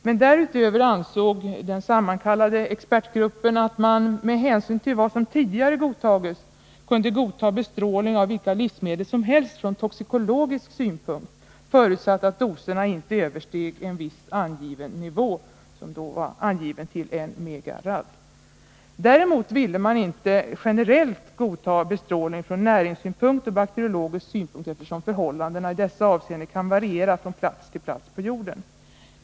Men därutöver ansåg den sammankallade expertgruppen att man med hänsyn till vad som tidigare godtagits, kunde godta bestrålning av vilka livsmedel som helst från toxikologisk synpunkt, förutsatt att doserna inte översteg en viss angiven nivå . Däremot ville man inte generellt godta bestrålning från näringssynpunkt och bakteriologisk synpunkt, eftersom förhållandena i dessa avseenden kan variera från plats till plats på jorden.